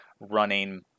running